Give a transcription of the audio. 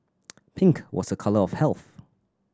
pink was a colour of health